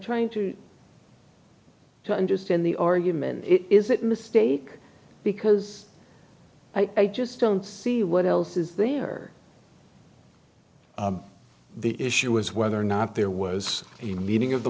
trying to understand the argument is that mistake because i just don't see what else is there the issue is whether or not there was a meeting of the